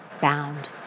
bound